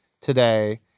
today